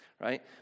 right